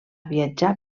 viatjar